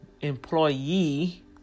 employee